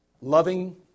Loving